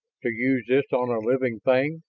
to use this on a living thing?